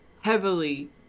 heavily